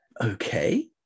Okay